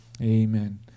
amen